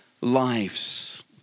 lives